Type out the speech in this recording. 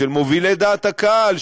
של מובילי דעת הקהל,